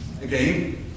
again